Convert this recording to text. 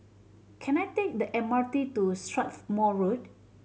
can I take the M R T to Strathmore Road